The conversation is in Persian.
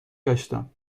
گشتم